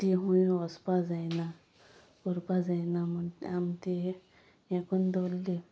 तीं खंय वसपा जायना उरपा जायना म्हण आम ती हेंकून दवरली